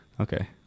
Okay